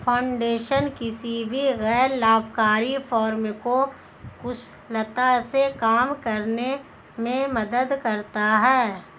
foundation किसी भी गैर लाभकारी फर्म को कुशलता से काम करने में मदद करता हैं